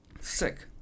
Sick